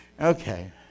Okay